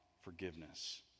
forgiveness